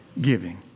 giving